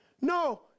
No